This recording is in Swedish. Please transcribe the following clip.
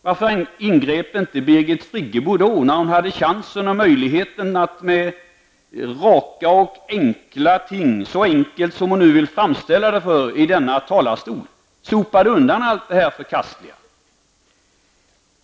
Varför ingrep inte Birgit Friggebo när hon hade chansen och möjligheten att rakt och enkelt -- så enkelt som hon nu vill framställa det från denna talarstol -- sopa undan allt detta förkastliga?